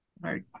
right